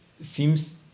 seems